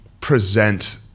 present